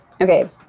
okay